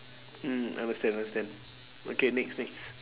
mm understand understand okay next next